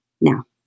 Now